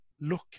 look